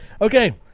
Okay